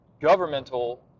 governmental